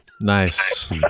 nice